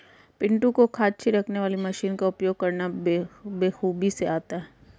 पिंटू को खाद छिड़कने वाली मशीन का उपयोग करना बेखूबी से आता है